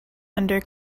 under